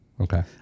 Okay